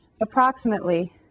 approximately